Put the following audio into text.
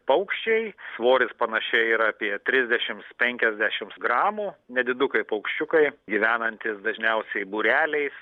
paukščiai svoris panašiai yra apie trisdešims penkiasdešims gramų nedidukai paukščiukai gyvenantys dažniausiai būreliais